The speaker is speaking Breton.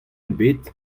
ebet